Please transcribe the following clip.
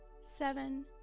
seven